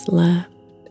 left